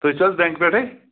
تُہۍ چھِو حظ بٮ۪نٛک پٮ۪ٹھٕے